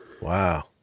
Wow